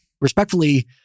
respectfully